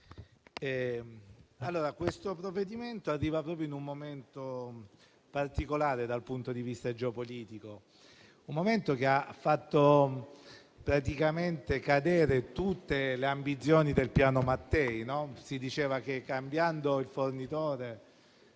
questo provvedimento arriva in un momento particolare dal punto di vista geopolitico, un momento che ha fatto praticamente cadere tutte le ambizioni del piano Mattei. Si diceva che cambiando il fornitore